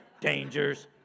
dangers